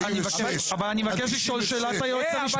אבל אני מבקש לשאול שאלה את היועץ המשפטי.